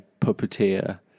puppeteer